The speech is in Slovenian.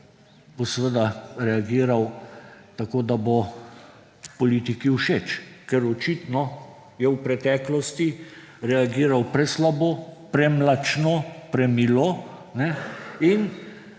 bo seveda reagiral tako, da bo politiki všeč, ker očitno je v preteklosti reagiral preslabo, premlačno, premilo.